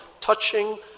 touching